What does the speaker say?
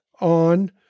on